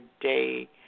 day